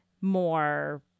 more